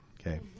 Okay